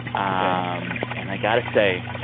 ah um and i've got to say,